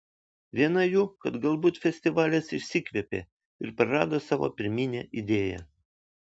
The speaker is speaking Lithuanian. viena jų kad galbūt festivalis išsikvėpė ir prarado savo pirminę idėją